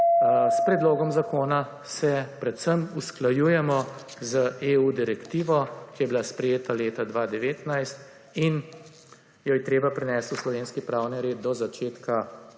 S Predlogom zakona se predvsem usklajujemo z EU Direktivo, ki je bila sprejeta leta 2019, in jo je treba prenesti v slovenski pravni red do začetka